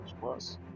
plus